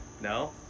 No